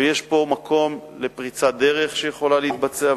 ויש פה מקום לפריצת דרך שיכולה להתבצע,